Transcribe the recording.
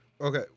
Okay